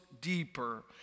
deeper